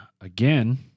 again